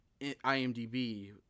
IMDB